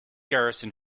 garrison